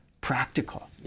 practical